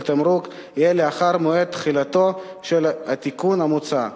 תמרוק יהיה לאחר מועד תחילתו של התיקון המוצע,